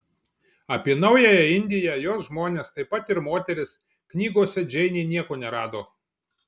apie naująją indiją jos žmones taip pat ir moteris knygose džeinė nieko nerado